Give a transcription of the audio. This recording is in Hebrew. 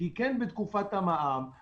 עד מתי נתתם את ההארכה